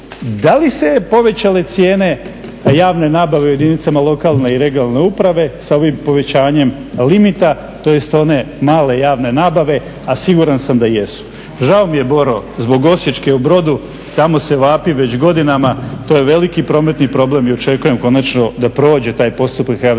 da li se je povećale cijene javne nabave u jedinicama lokalne i regionalne uprave sa ovim povećanjem limita, tj. one male javne nabave a siguran sam da jesu. Žao mi je Boro zbog Osječke u Brodu, tamo se vapi već godinama, to je veliki prometni problem i očekujem konačno da prođe taj postupak javne nabave